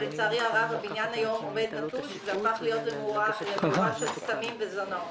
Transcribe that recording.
שלצערי הרב הבניין היום עומד נטוש והפך להיות למאורה של סמים וזונות,